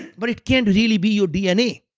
but it can't really be your dna.